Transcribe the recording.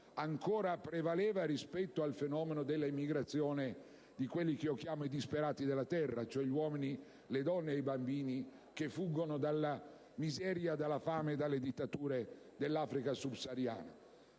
ancora prevaleva rispetto a quello dell'emigrazione di quelli che chiamo «i disperati della terra», cioè gli uomini, le donne e i bambini che fuggono dalla miseria, dalla fame e dalle dittature dell'Africa subsahariana.